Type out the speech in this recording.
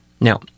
Now